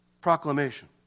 proclamation